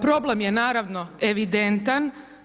Problem je, naravno evidentan.